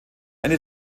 ende